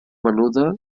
menuda